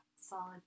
solid